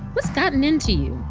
what's gotten into you?